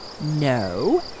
No